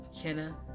Kenna